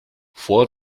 vor